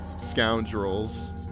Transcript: Scoundrels